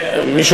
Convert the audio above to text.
למה לא לפני?